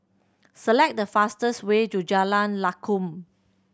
select the fastest way to Jalan Lakum